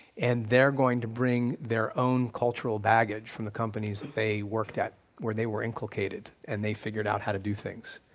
and there going to bring their own cultural baggage from the companies that they worked at, where they were inculcated and they figured out how to do things,